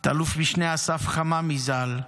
את אל"מ אסף חממי ז"ל,